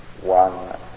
one